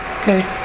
okay